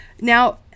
now